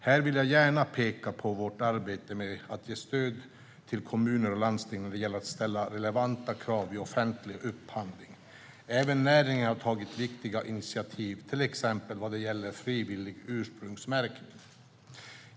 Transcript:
Här vill jag gärna peka på vårt arbete med att ge stöd till kommuner och landsting när det gäller att ställa relevanta krav vid offentlig upphandling. Även näringen har tagit viktiga initiativ, till exempel vad gäller frivillig ursprungsmärkning.